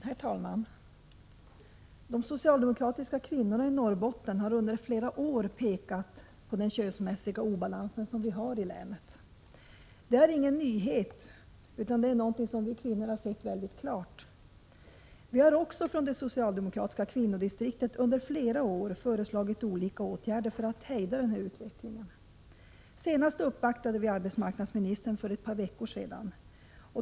Prot. 1986/87:93 Herr talman! De socialdemokratiska kvinnorna i Norrbotten har under 24 mars 1987 flera år pekat på den könsmässiga obalans som vi har i länet. Det här är ingen Om fler arbetstillfällen nyhet utan något som vi kvinnor har sett mycket klart. Vi har också från det förkvinhoriNorr socialdemokratiska kvinnodistriktet under flera år föreslagit olika åtgärder botten för att hejda denna utveckling. Senast uppvaktade vi arbetsmarknadsministern för ett par veckor sedan.